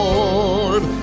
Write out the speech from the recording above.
Lord